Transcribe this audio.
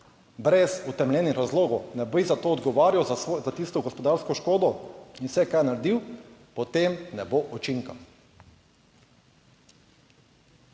brez utemeljenih razlogov, ne bi za to odgovarjal za tisto gospodarsko škodo in vse, kaj je naredil, potem ne bo učinka.